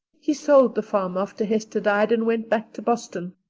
he sold the farm after hester died and went back to boston.